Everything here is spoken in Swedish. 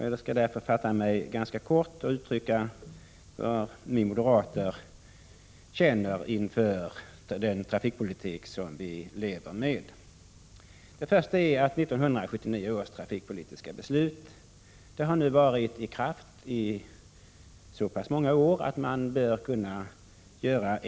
Jag skall därför fatta mig ganska kort och uttrycka vad vi moderater känner inför den trafikpolitik som vi lever med. 1979 års trafikpolitiska beslut har nu varit i kraft i så pass många år att en utvärdering bör kunna göras.